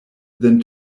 than